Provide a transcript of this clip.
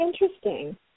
interesting